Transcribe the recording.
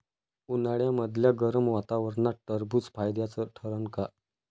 उन्हाळ्यामदल्या गरम वातावरनात टरबुज फायद्याचं ठरन का?